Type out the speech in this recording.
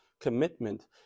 commitment